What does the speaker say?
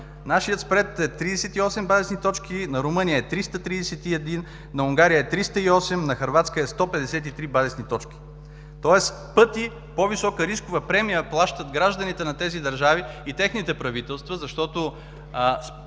нашият спред е 38 базисни точки, на Румъния е 331, на Унгария е 308, на Хърватска е 153 базисни точки. Тоест в пъти по-висока рискова премия плащат гражданите на тези държави и техните правителства, защото